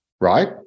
right